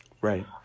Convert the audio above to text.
Right